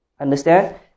understand